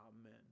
Amen